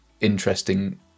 interesting